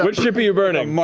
which ship are you burning?